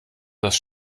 das